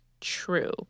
true